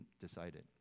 decided